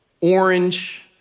orange